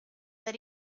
that